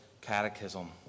Catechism